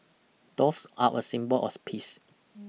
doves are a symbol of peace